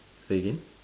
say again